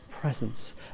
presence